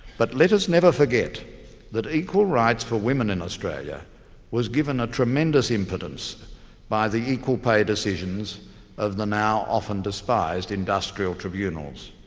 but let us never forget that equal rights for women in australia was given a tremendous impetus by the equal pay decisions of the now often-despised industrial tribunals.